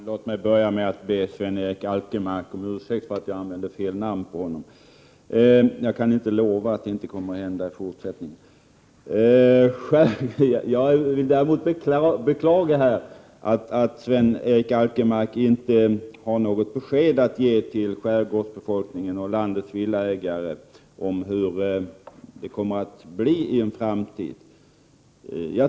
Herr talman! Först vill jag be Sven-Erik Alkemark om ursäkt för att jag sade fel namn — jag kan dock inte lova att det inte upprepas. Jag beklagar att Sven-Erik Alkemark inte kan ge något besked till skärgårdsbefolkningen och landets villaägare om hur det kommer att bli i framtiden.